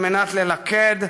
על מנת ללכד,